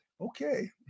Okay